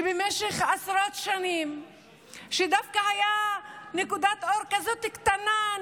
שבמשך עשרות שנים דווקא הייתה להם נקודת אור קטנה כזאת,